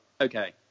Okay